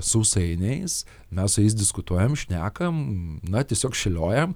sausainiais mes su jais diskutuojam šnekam na tiesiog šėliojam